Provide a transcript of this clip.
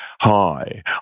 hi